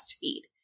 feed